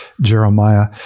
Jeremiah